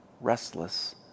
restless